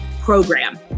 program